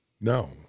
No